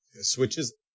Switches